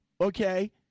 okay